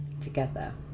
together